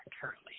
currently